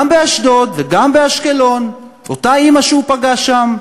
גם באשדוד וגם באשקלון, אותה אימא שהוא פגש שם,